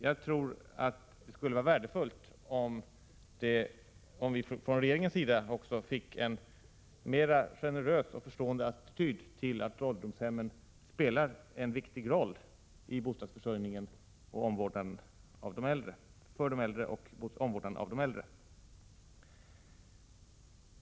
Jag tror att det skulle vara värdefullt om också regeringen visade en mera generös och förstående attityd till uppfattningen att ålderdomshemmen spelar en viktig roll i bostadsförsörjningen för de äldre och i omvårdnaden av dem.